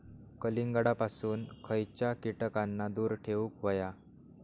कलिंगडापासून खयच्या कीटकांका दूर ठेवूक व्हया?